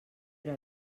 era